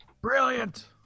Brilliant